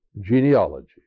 genealogy